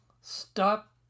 Stop